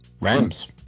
Rams